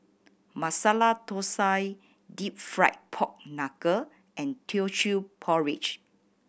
Masala Thosai Deep Fried Pork Knuckle and Teochew Porridge